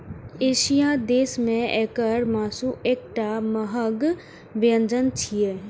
एशियाई देश मे एकर मासु एकटा महग व्यंजन छियै